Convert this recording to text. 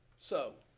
so,